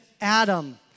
Adam